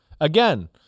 again